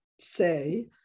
say